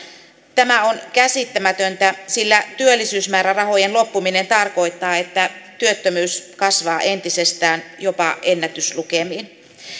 tämä on käsittämätöntä sillä työllisyysmäärärahojen loppuminen tarkoittaa että työttömyys kasvaa entisestään jopa ennätyslukemiin